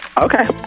Okay